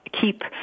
keep